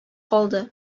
калды